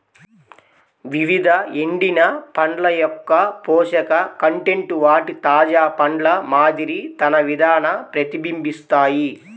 వివిధ ఎండిన పండ్ల యొక్కపోషక కంటెంట్ వాటి తాజా పండ్ల మాదిరి తన విధాన ప్రతిబింబిస్తాయి